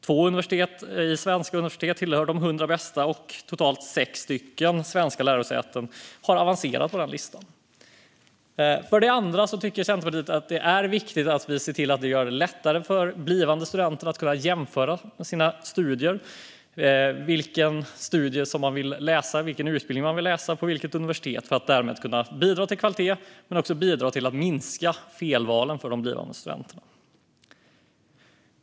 Två svenska universitet tillhör de hundra bästa, och totalt sex stycken svenska lärosäten har avancerat på listan. För det andra tycker Centerpartiet att det är viktigt att göra det lättare för blivande studenter att jämföra sina studier - vilka studier man vill bedriva, vilken utbildning man vill läsa och vilket universitet man vill gå på - för att därmed kunna bidra till kvalitet men också till att minska felvalen för de blivande studenterna.